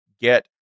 get